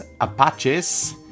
Apaches